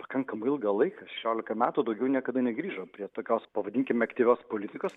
pakankamai ilgą laiką šešiolika metų daugiau niekada negrįžo prie tokios pavadinkim aktyvios politikos